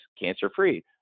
cancer-free